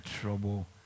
trouble